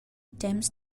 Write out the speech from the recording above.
temps